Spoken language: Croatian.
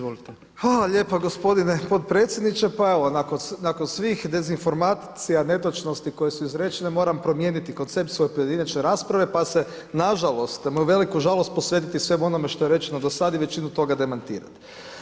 TOMISLAV SOKOL: Hvala lijepo gospodine podpredsjedniče, pa evo nakon svih dezinformacija netočnosti koje su izrečene moram promijeniti koncept svoje pojedinačne rasprave, pa se nažalost, na moju veliku žalost, posvetiti svemu onome što je rečeno do sada i većinu toga demantirati.